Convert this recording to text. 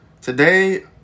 Today